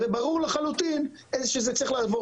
הרי ברור לחלוטין שזה צריך לעבור